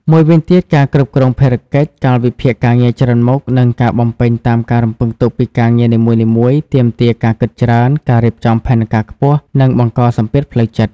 មួយវិញទៀតការគ្រប់គ្រងភារកិច្ច កាលវិភាគការងារច្រើនមុខ និងការបំពេញតាមការរំពឹងទុកពីការងារនីមួយៗ ទាមទារការគិតច្រើន ការរៀបចំផែនការខ្ពស់ និងបង្កសម្ពាធផ្លូវចិត្ត។